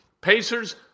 Pacers